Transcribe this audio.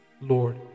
Lord